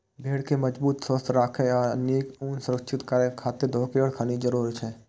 भेड़ कें मजबूत, स्वस्थ राखै आ नीक ऊन सुनिश्चित करै खातिर थोड़ेक खनिज जरूरी होइ छै